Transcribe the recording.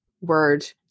word